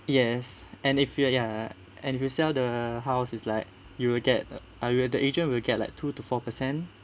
yes and if you are ya and if you sell the house is like you will get uh the agent will get like two to four percent